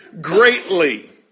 greatly